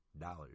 dollars